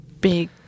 big